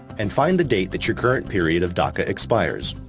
and find the date that your current period of daca expires.